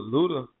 Luda